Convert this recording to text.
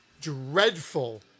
dreadful